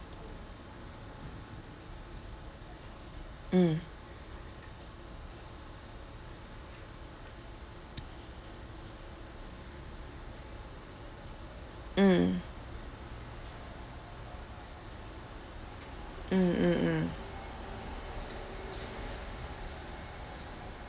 mm mm mm mm mm